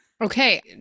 Okay